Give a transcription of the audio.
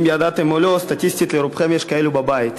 אם ידעתם או לא, סטטיסטית לרובכם יש כאלה בבית.